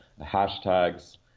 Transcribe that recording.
hashtags